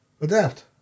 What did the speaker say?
Adapt